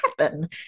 happen